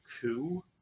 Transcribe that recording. coup